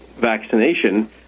vaccination